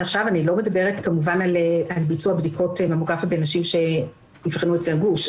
אני לא מדברת כמובן על ביצוע בדיקות ממוגרפיה בנשים שאבחנו אצלן גוש,